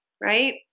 right